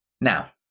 Now